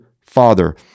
Father